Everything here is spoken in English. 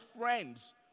friends